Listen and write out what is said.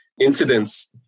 incidents